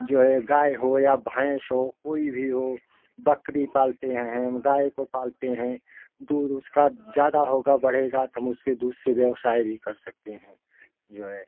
जो है गाय हो या भैंस हो कोई भी हो बकरी पालते हैं हम गाय को पालते हैं दूध उसका ज़्यादा होगा बढ़ेगा तो हम उसके दूध से व्यवसाय भी कर सकते हैं जो है